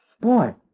boy